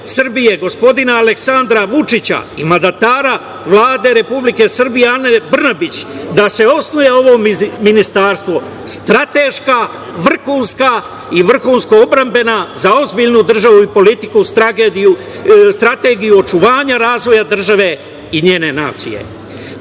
Srbije, gospodina Aleksandra Vučića i mandatara Vlade Republike Srbije Ane Brnabić da se osnuje ovo ministarstvo, strateška, vrhunska i vrhunsko-odbrambena, za ozbiljnu dražu i politiku, strategiju očuvanja razvoja države i njene